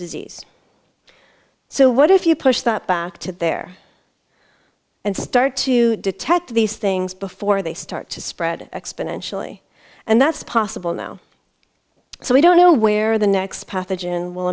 disease so what if you push that back to there and start to detect these things before they start to spread exponentially and that's possible now so we don't know where the next pathogen will